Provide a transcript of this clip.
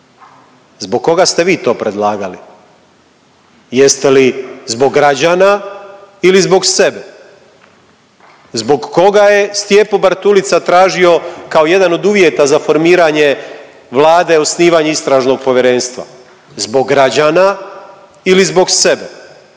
Zbog koga ste vi to predlagali? Jeste li zbog građana ili zbog sebe? Zbog koga je Stijepo Bartulica tražio kao jedan od uvjeta za formiranje Vlade osnivanje istražnog povjerenstva? Zbog građana ili zbog sebe?